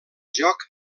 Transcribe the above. joc